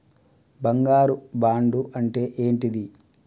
బంగారు బాండు అంటే ఏంటిది?